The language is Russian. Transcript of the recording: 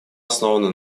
основана